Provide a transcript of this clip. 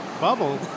bubble